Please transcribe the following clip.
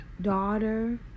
daughter